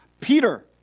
Peter